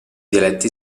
dialetti